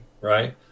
right